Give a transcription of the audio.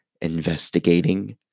investigating